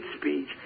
speech